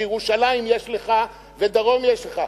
בירושלים יש לך ודרום יש לך.